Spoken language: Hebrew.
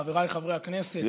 חבריי חברי הכנסת.